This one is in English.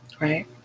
Right